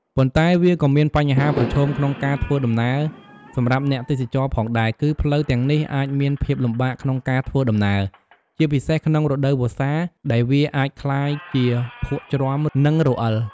ប៉ុន្តែវាក៏មានបញ្ហាប្រឈមក្នុងការធ្វើដំណើរសម្រាប់អ្នកទេសចរផងដែរ គឺផ្លូវទាំងនេះអាចមានភាពលំបាកក្នុងការធ្វើដំណើរ ជាពិសេសក្នុងរដូវវស្សាដែលវាអាចក្លាយជាភក់ជ្រាំ និងរអិល។